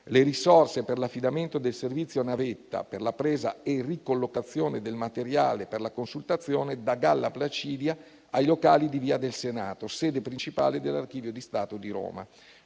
le risorse per l'affidamento del servizio navetta per la presa e ricollocazione del materiale per la consultazione da via Galla Placidia ai locali di via del Senato, sede principale dell'Archivio di Stato di Roma.